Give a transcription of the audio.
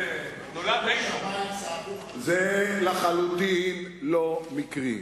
זה, שומו שמים, זה לחלוטין לא מקרי.